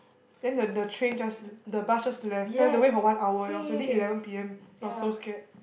then the the train just the bus just left then I had to wait for one hour it was already eleven P_M I was so scared